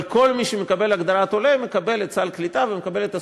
אבל כל מי שמקבל הגדרת עולה מקבל את סל הקליטה ומקבל את הזכויות,